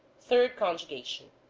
third conjugation